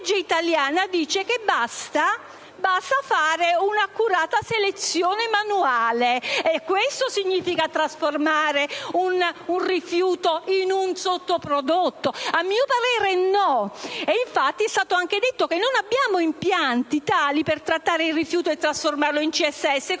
la legge italiana prevede che basta fare un'accurata selezione manuale. Questo significa trasformare un rifiuto in un sottoprodotto? A mio parere, non è così. Infatti, è stato anche detto che non abbiamo impianti tali per trattare il rifiuto e trasformarlo in CSS,